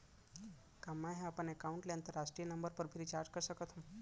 का मै ह अपन एकाउंट ले अंतरराष्ट्रीय नंबर पर भी रिचार्ज कर सकथो